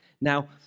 Now